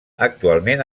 actualment